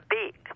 big